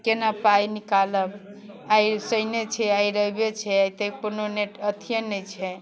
केना पाइ निकालब आइ सइने छै आइ रइबे छै आइ तऽ कुनो नेट अथिये नहि छै